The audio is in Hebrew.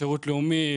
שירות לאומי,